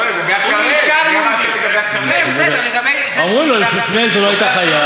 אומרים לו: לפני זה לא היית חייב.